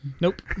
Nope